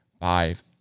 five